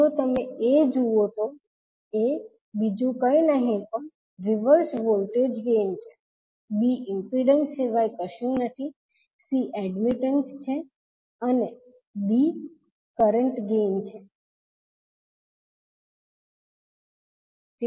જો તમે A જુઓ તો A બીજું કઈ નહિ પણ રિવર્સ વોલ્ટેજ ગેઇન છે B ઇમ્પિડન્સ સિવાય કશું નથી C એડમિટન્સ છે અને D કરંટ ગેઇન છે